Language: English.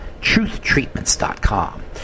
TruthTreatments.com